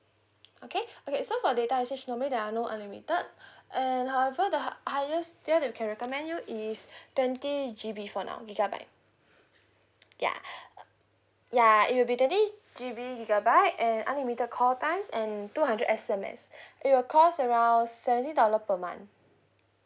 okay okay so for data usage normally there are no unlimited and however the highest tier that we can recommend you is twenty G_B for now gigabyte ya ya it will be twenty G_B gigabyte and unlimited call times and two hundred S_M_S it will cost around seventy dollar per month